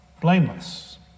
blameless